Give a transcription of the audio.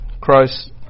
Christ